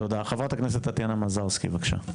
חברת הכנסת טטיאנה מזרסקי, בבקשה.